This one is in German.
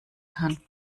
kann